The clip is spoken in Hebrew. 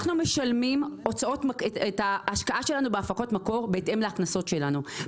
אנחנו משלמים את ההשקעה שלנו בהפקות מקור בהתאם להכנסות שלנו,